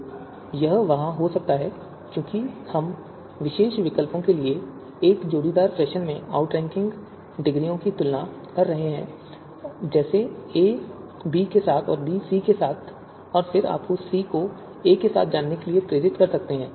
तो यह वहाँ हो सकता है क्योंकि हम दो विशेष विकल्पों के लिए एक जोड़ीदार फैशन में आउटरैंकिंग डिग्रियों की तुलना कर रहे हैं जैसे a b के साथ और फिर b c के साथ और फिर यह आपको c को a के साथ जानने के लिए प्रेरित कर सकता है